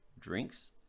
drinks